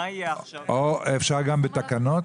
או אפשר גם בתקנות.